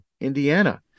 Indiana